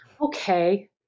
okay